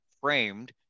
framed